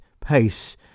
pace